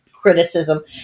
criticism